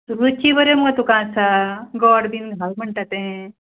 रुची बऱ्यो मुगो तुका आसा गोड बी घाल म्हणटा तें